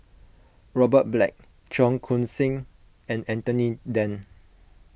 Robert Black Cheong Koon Seng and Anthony then